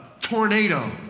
tornado